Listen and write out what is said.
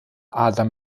adler